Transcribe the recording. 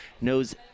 knows